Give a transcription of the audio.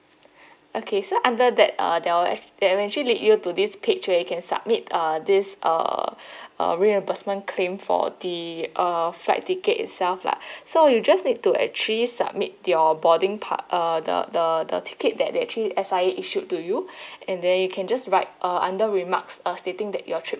okay so under that uh they will they'll eventually lead you to this page where you can submit uh this uh uh reimbursement claim for the uh flight ticket itself lah so you just need to actually submit your boarding pass uh the the the ticket that actually S_I_A issued to you and then you can just write uh under remarks uh stating that your trip